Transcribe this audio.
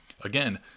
Again